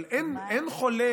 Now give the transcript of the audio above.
אבל אין חולה,